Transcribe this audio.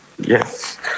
Yes